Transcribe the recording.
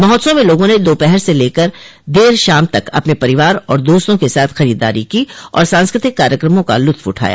महोत्सव में लोगों ने दोपहर से लेकर देर शाम तक अपने परिवार और दोस्तों के साथ खरीददारी की और सांस्कृतिक कार्यक्रमों का लुत्फ उठाया